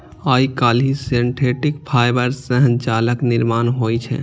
आइकाल्हि synthetic fibre सं जालक निर्माण होइ छै